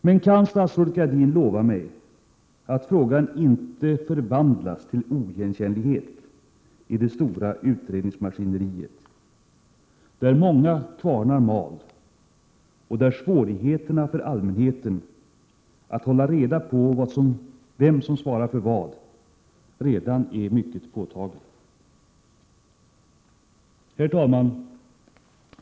Men kan statsrådet Gradin lova mig att frågan inte förvandlas till oigenkännlighet i det stora utredningsmaskineriet, där många kvarnar mal och där svårigheterna för allmänheten att hålla reda på vem som svarar för vad redan är mycket påtagliga? Herr talman!